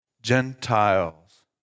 Gentiles